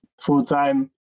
full-time